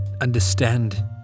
understand